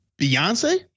Beyonce